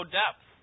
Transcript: depth